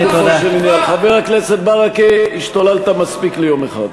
ואללה, תחוקק חוק, אנחנו לא רואים.